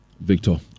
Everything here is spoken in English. victor